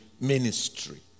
ministry